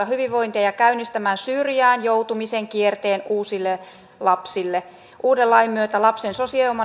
hyvinvointia ja käynnistämään syrjään joutumisen kierteen uusille lapsille uuden lain myötä lapsen